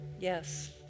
Yes